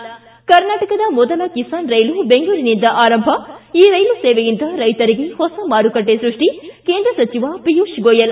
ಕಾ ಕರ್ನಾಟಕದ ಮೊದಲ ಕಿಸಾನ್ ರೈಲು ಬೆಂಗಳೂರಿನಿಂದ ಆರಂಭ ಈ ರೈಲು ಸೇವೆಯಿಂದ ರೈತರಿಗೆ ಹೊಸ ಮಾರುಕಟ್ಟೆ ಸೃಷ್ಟಿ ಕೇಂದ್ರ ಸಚಿವ ಪಿಯೂಷ್ ಗೋಯಲ್